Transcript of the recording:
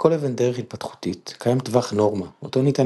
לכל אבן-דרך התפתחותית קיים טווח נורמה אותו ניתן